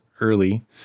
early